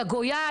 יא גויה,